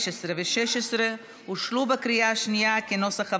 15 ו-16 אושרו בקריאה השנייה כנוסח הוועדה.